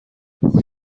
اون